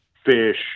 fish